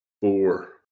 four